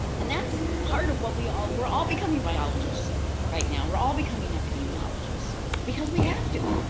and that's part of what we all we're all becoming biologists right now. we're all becoming epidemiologists because we have to.